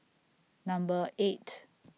Number eight